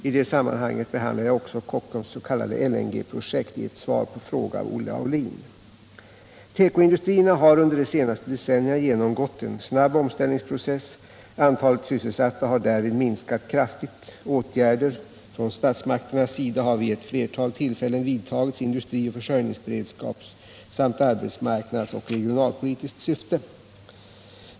I det sammanhanget behandlade jag också Kockums s.k. LNG-projekt i ett svar på en fråga av Olle Aulin. Tekoindustrierna har under de senaste decennierna genomgått en snabb omställningsprocess. Antalet sysselsatta har därvid minskat kraftigt. Åtgärder från statsmakternas sida har vid flera tillfällen vidtagits i industri-, försörjningsberedskapssamt arbetsmarknadsoch regionalpolitiskt syfte.